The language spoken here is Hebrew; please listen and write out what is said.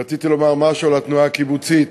רציתי לומר משהו על התנועה הקיבוצית